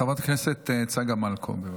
חברת הכנסת צגה מלקו, בבקשה.